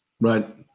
Right